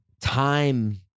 time